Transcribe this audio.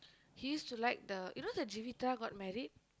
he used to like the you know the Jeevitha got married